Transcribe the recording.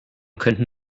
könnten